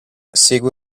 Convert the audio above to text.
segue